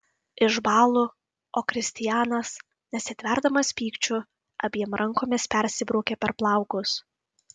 išbąlu o kristianas nesitverdamas pykčiu abiem rankomis persibraukia per plaukus